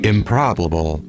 Improbable